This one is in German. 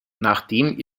nachdem